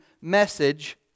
message